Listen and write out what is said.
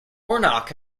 warnock